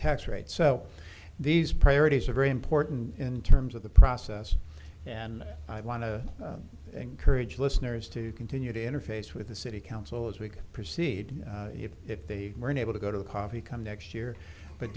tax rate so these priorities are very important in terms of the process and i want to encourage listeners to continue to interface with the city council as we proceed if they were unable to go to the coffee come next year but